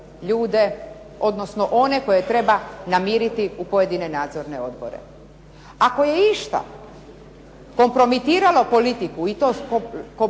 ljude odnosno one koje treba namiriti u pojedine nadzorne odbore. Ako je išta kompromitiralo politiku i to politiku